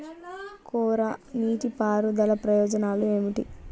కోరా నీటి పారుదల ప్రయోజనాలు ఏమిటి?